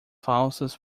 falsas